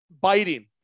biting